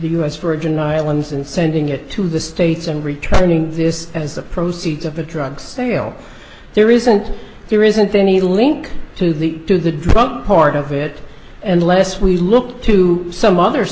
the u s virgin islands and sending it to the states and returning this as the proceeds of the drug sale there isn't there isn't any link to the to the drug part of it unless we look to some other